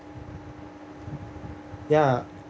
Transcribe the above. ya